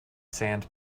sand